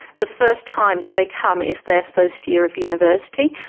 the first time that they come is their first year of university,